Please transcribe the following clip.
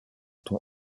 ton